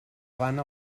avant